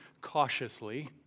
cautiously